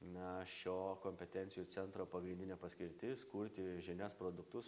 na šio kompetencijų centro pagrindinė paskirtis kurti žinias produktus